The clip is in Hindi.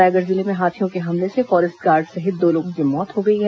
रायगढ़ जिले में हाथियों के हमले से फॉरेस्ट गार्ड सहित दो लोगों की मौत हो गई है